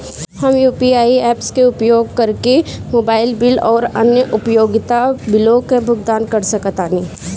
हम UPI apps के उपयोग करके मोबाइल बिल आउर अन्य उपयोगिता बिलों का भुगतान कर सकतानी